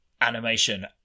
animation